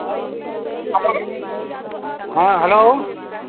hello हाँ hello